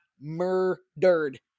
murdered